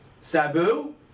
Sabu